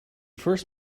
first